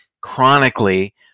chronically